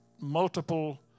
multiple